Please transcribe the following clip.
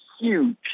huge